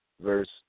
verse